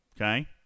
Okay